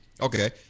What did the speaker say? Okay